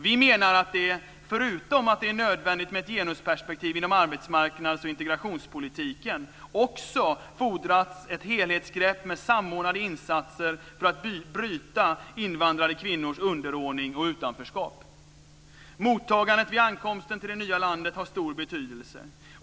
Vi menar att det, förutom att det är nödvändigt med ett genusperspektiv inom arbetsmarknads och integrationspolitiken, också fordras ett helhetsgrepp med samordnade insatser för att bryta invandrade kvinnors underordning och utanförskap. Mottagandet vid ankomsten till det nya landet har stor betydelse.